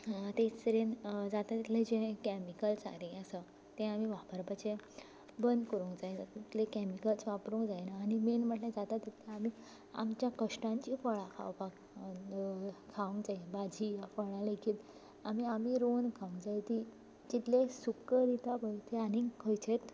तेच तरेन जाता तितलें जें कॅमिकल सारें आसा तें आमी वापरपाचें बंद करूंक जाय जातुंतले कॅमिकल्स वापरूंक जायना आनी मेन म्हटल्यार जाता तितलें आमी आमच्या कश्टांचीं फळां खावपाक खावंक जाय भाजी फळां लेगीत आमी आमी रोवन खावंक जाय तीं तितलें सुख्ख दिता पळय तें आनीक खंयचेंच